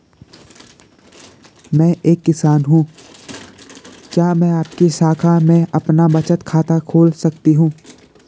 मैं एक किसान हूँ क्या मैं आपकी शाखा में अपना बचत खाता खोल सकती हूँ?